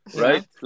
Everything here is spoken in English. right